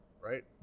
right